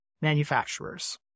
manufacturers